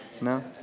No